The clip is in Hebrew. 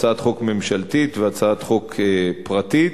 הצעת חוק ממשלתית והצעת חוק פרטית,